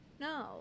No